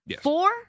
Four